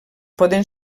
poden